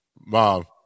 Mom